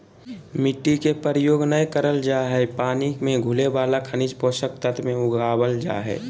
मिट्टी के प्रयोग नै करल जा हई पानी मे घुले वाला खनिज पोषक तत्व मे उगावल जा हई